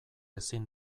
ezin